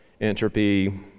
entropy